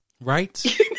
Right